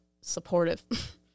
supportive